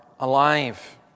Alive